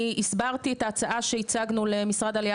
אני הסברתי את ההצעה שהצגנו למשרד העלייה